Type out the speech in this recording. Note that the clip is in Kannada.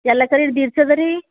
ಎಲ್ಲ ಸರಿ ಅದ ರೀ